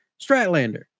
Stratlander